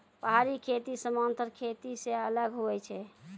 पहाड़ी खेती समान्तर खेती से अलग हुवै छै